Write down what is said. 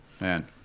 Man